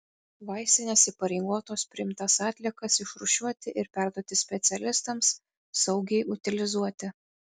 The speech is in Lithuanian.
vaistinės įpareigotos priimtas atliekas išrūšiuoti ir perduoti specialistams saugiai utilizuoti